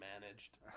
managed